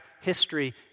history